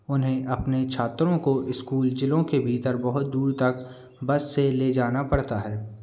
उन्हें अपने छात्रों को इस्कूल जिलों के भीतर बहुत दूर तक बस से ले जाना पड़ता है